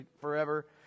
forever